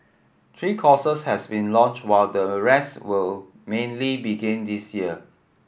three courses has been launched while the rest will mainly begin this year